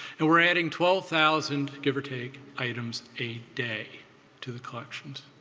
and we're adding twelve thousand give or take items a day to the collections.